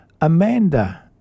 Amanda